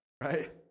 right